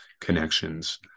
connections